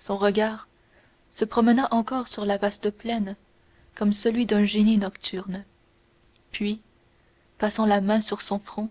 son regard se promena encore sur la vaste plaine comme celui d'un génie nocturne puis passant la main sur son front